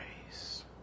grace